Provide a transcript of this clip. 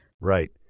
Right